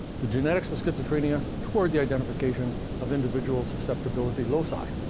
the genetics of schizophrenia toward the identification of individual susceptibility loci.